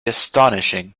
astonishing